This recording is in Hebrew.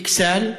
אכסאל,